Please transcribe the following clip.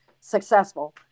successful